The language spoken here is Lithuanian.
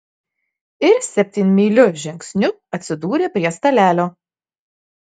ir septynmyliu žingsniu atsidūrė prie stalelio